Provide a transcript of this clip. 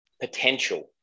potential